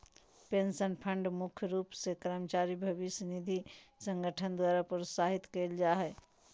pension fund मुख्य रूप से कर्मचारी भविष्य निधि संगठन द्वारा प्रोत्साहित करल जा हय